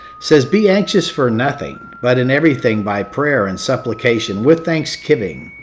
says, be anxious for nothing, but in everything by prayer and supplication with thanksgiving.